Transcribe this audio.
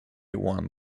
one